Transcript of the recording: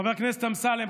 חבר הכנסת אמסלם,